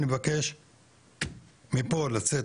אני מבקש מפה לצאת,